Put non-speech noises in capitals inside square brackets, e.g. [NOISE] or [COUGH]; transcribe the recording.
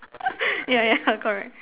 [LAUGHS] yeah yeah correct